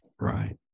Right